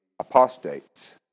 apostates